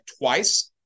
twice